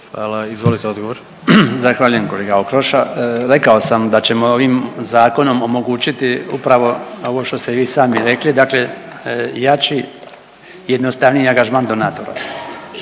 Branko (HDZ)** Zahvaljujem kolega Okroša. Rekao sam da ćemo ovim Zakonom omogućiti upravo ovo što ste vi sami rekli, dakle jači, jednostavniji angažman donatora.